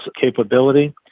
capability